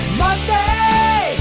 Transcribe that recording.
Monday